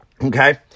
okay